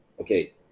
okay